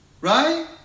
right